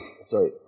sorry